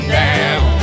down